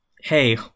hey